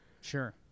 Sure